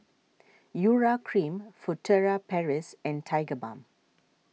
Urea Cream Furtere Paris and Tigerbalm